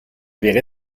avaient